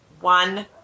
one